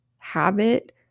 habit